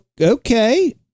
okay